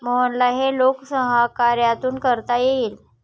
मोहनला हे लोकसहकार्यातून करता येईल